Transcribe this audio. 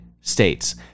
States